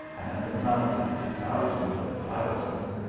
and amounted to thousands and thousands,